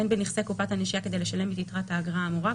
אין בנכסי קופת הנשייה כדי לשלם את יתרת האגרה האמורה,